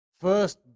first